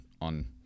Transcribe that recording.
on